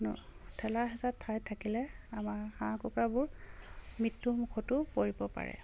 ঠেলা হেঁচা ঠাইত থাকিলে আমাৰ হাঁহ কুকুৰাবোৰ মৃত্যুমুখতো পৰিব পাৰে